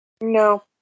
No